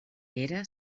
era